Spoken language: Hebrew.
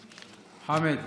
חמד,